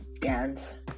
dance